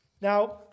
Now